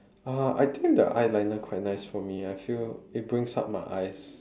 uh I think the eyeliner quite nice for me I feel it brings up my eye